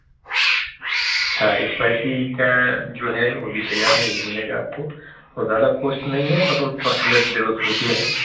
ہاں اسپائسی کا جو ہے وہ بھی تیار ہے وہ بھی ملے گا آپ کو وہ زیادہ کوسٹ نہیں ہے پر پر پلیٹ ڈیڑھ سو روپیہ ہے